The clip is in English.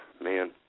man